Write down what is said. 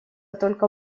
только